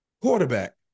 Quarterback